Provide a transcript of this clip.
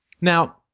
Now